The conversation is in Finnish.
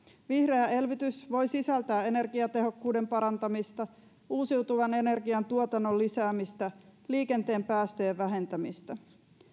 vihreä elvytys voi sisältää energiatehokkuuden parantamista uusiutuvan energian tuotannon lisäämistä ja liikenteen päästöjen vähentämistä